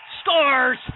Scores